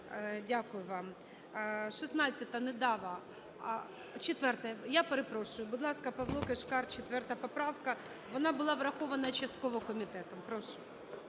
Дякую вам. 16-а, Недава. 4-а. Я перепрошую. Будь ласка, Павло Кишкар, 4 поправка. Вона була врахована частково комітетом. Прошу.